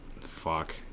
fuck